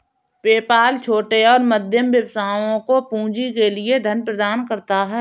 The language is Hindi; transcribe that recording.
पेपाल छोटे और मध्यम व्यवसायों को पूंजी के लिए धन प्रदान करता है